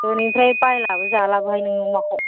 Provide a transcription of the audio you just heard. दिनैनिफ्राय बायलाबो जालाबोहाय नोंनि अमाखौ